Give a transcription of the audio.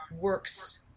works